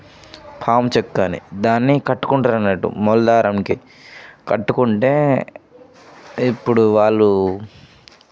పాము చెక్క అని దాన్ని కట్టుకుంటారన్నట్టు మొలదారానికి కట్టుకుంటే ఇప్పుడు వాళ్ళు